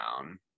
down